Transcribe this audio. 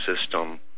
system